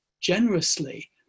generously